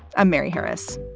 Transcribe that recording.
i'm mary harris.